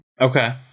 Okay